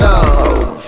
Love